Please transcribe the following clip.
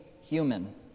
human